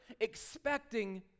expecting